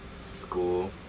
School